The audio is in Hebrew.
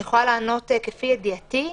אני יכולה לענות כפי ידיעתי.